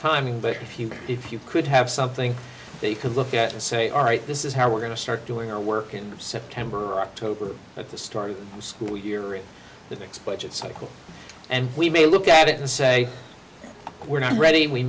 timing but if you can if you could have something that you could look at and say all right this is how we're going to start doing our work in september october at the start of the school year in the next budget cycle and we may look at it and say we're not ready we